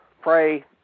pray